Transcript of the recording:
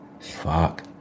fuck